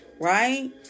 right